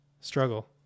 struggle